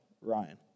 Ryan